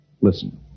Listen